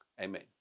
amen